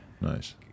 nice